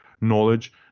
knowledge